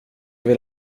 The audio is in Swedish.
vill